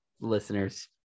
listeners